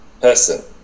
person